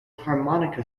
harmonica